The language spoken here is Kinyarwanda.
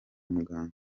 muganga